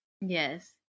yes